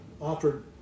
offered